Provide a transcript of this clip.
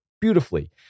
beautifully